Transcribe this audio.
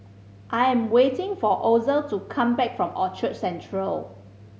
I am waiting for Ozell to come back from Orchard Central